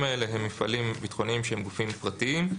האלה הם מפעלים ביטחוניים של גופים פרטיים,